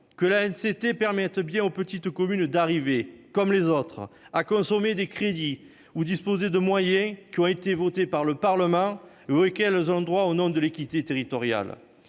que l'ANCT permette bien aux petites communes de parvenir, comme les autres, à consommer des crédits ou à disposer de moyens qui ont été votés par le Parlement et auxquels elles ont droit, au nom de l'équité territoriale.